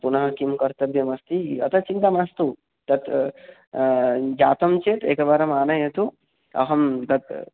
पुनः किं कर्तव्यमस्ति अतः चिन्ता मास्तु तत् जातं चेत् एकवारमानयतु अहं तत्